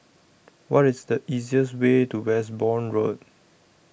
What IS The easiest Way to Westbourne Road